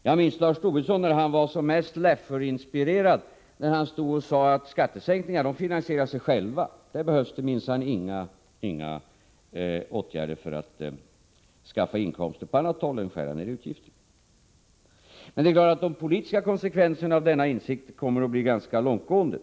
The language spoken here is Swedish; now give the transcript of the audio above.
Jag minns hur Lars Tobisson när han var som mest Laffer-inspirerad sade att skattesänkningar finansierar sig själva — det behövdes minsann inga åtgärder för att skaffa inkomster på annat håll eller skära ner utgifterna. De politiska konsekvenserna av denna insikt kommer att bli ganska långtgående.